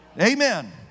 Amen